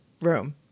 room